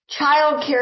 Childcare